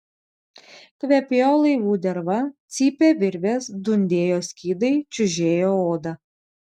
kvepėjo laivų derva cypė virvės dundėjo skydai čiužėjo oda